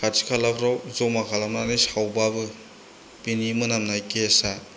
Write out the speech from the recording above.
खाथि खालाफोराव जमा खालामनानै सावबाबो बिनि मोनामनाय गेसआ